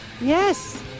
Yes